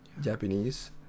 Japanese